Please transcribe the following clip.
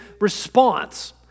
response